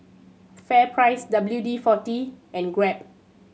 FairPrice W D Forty and Grab